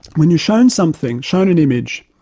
when you're showing something, showing an image,